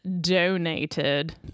donated